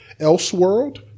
Elseworld